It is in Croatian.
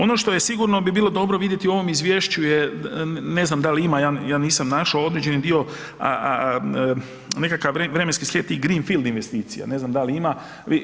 Ono što bi sigurno bilo dobro vidjeti u ovom izvješću, ne znam da li ima ja nisam našao, određeni dio nekakav vremenski slijed tih greenfield investicija, ne znam da li ima.